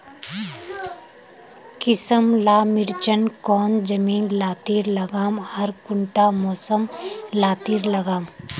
किसम ला मिर्चन कौन जमीन लात्तिर लगाम आर कुंटा मौसम लात्तिर लगाम?